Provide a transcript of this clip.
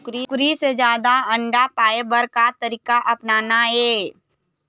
कुकरी से जादा अंडा पाय बर का तरीका अपनाना ये?